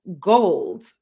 gold